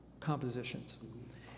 compositions